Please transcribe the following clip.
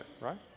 right